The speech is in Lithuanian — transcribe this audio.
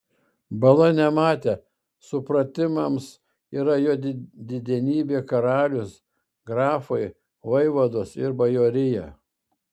bala nematė supratimams yra jo didenybė karalius grafai vaivados ir bajorija